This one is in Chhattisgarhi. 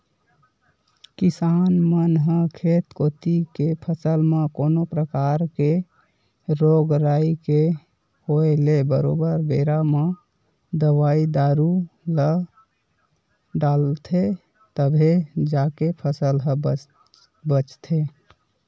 किसान मन ह खेत कोती के फसल म कोनो परकार ले रोग राई के होय ले बरोबर बेरा म दवई दारू ल डालथे तभे जाके फसल ह बचथे